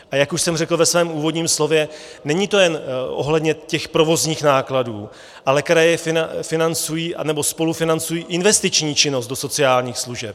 A jak už jsem řekl ve svém úvodním slově, není to jen ohledně provozních nákladů, ale kraje financují nebo spolufinancují investiční činnost do sociálních služeb.